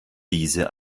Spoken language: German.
diese